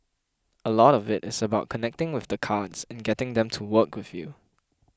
a lot of it is about connecting with the cards and getting them to work with you